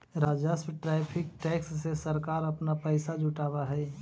राजस्व tariff tax से सरकार अपना पैसा जुटावअ हई